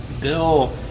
Bill